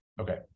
Okay